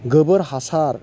गोबोर हासार